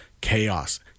chaos